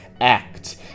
act